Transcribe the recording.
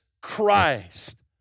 Christ